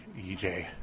EJ